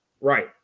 Right